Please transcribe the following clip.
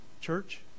Church